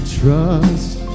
trust